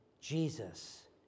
Jesus